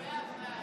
הוא בעד.